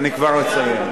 אני כבר אסיים.